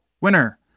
Winner